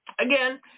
Again